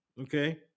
Okay